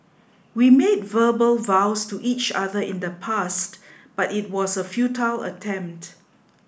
we made verbal vows to each other in the past but it was a futile attempt